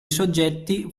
soggetti